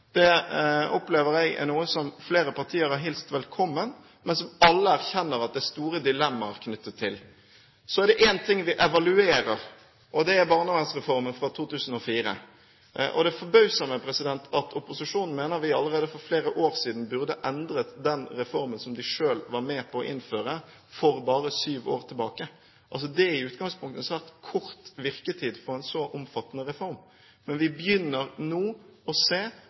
Det opplever jeg er noe som flere partier har hilst velkommen, men som alle erkjenner at det er store dilemmaer knyttet til. Så er det én ting vi evaluerer. Det er barnevernsreformen fra 2004. Det forbauser meg at opposisjonen mener vi allerede for flere år siden burde endret den reformen som de selv var med på å innføre for bare syv år tilbake. Det er i utgangspunktet en svært kort virketid for en så omfattende reform. Men vi begynner nå å se